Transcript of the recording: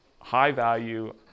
high-value